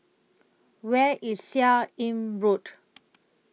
Where IS Seah Im Road